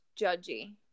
judgy